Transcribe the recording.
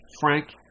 Frank